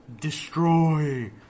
destroy